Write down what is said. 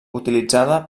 utilitzada